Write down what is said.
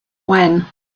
when